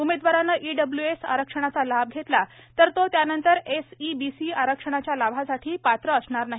उमेदवारानं ईडब्ल्यूएस आरक्षणाचा लाभ घेतला तर तो त्यानंतर एसईबीसी आरक्षणाच्या लाभासाठी पात्र असणार नाही